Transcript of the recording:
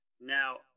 Now